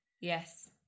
Yes